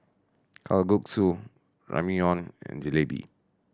Kalguksu Ramyeon and Jalebi